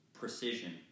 precision